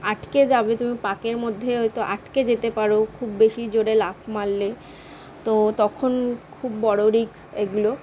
আটকে যাবে তুমি পাঁকের মধ্যে হয়তো আটকে যেতে পারো খুব বেশি জোরে লাফ মারলে তো তখন খুব বড়ো রিস্ক এগুলো